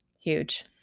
huge